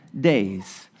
days